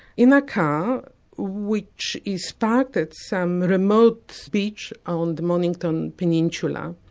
in a car which is parked at some remote so beach on the mornington peninsula,